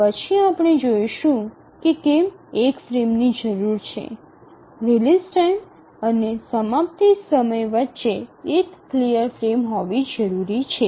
પછી આપણે જોઈશું કે કેમ એક ફ્રેમની જરૂર છે રિલીઝ ટાઇમ અને સમાપ્તિ સમય વચ્ચે એક ક્લિયર ફ્રેમ હોવી જરૂરી છે